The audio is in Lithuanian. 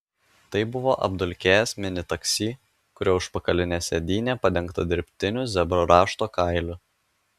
tai buvo apdulkėjęs mini taksi kurio užpakalinė sėdynė padengta dirbtiniu zebro rašto kailiu